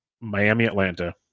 Miami-Atlanta